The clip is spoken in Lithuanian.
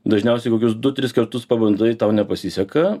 dažniausiai kokius du tris kartus pabundai tau nepasiseka